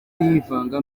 yivanga